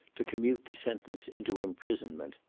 to commute the sentence into imprisonment.